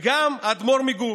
וגם האדמו"ר מגור,